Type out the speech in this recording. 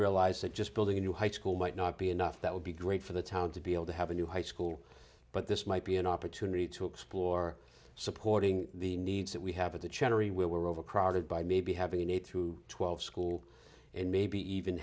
realized that just building a new high school might not be enough that would be great for the town to be able to have a new high school but this might be an opportunity to explore supporting the needs that we have at the cherry we're overcrowded by maybe having an eight through twelve school and maybe even